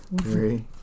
three